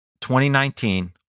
2019